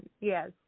yes